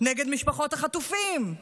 נגד משפחות החטופים,